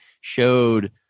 showed